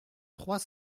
trois